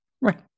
Right